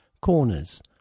Corners